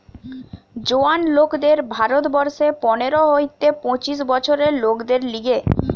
জোয়ান লোকদের ভারত বর্ষে পনের হইতে পঁচিশ বছরের লোকদের লিগে